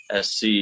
sc